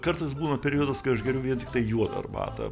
kartais būna periodas kai geriu vien tiktai juodą arbatą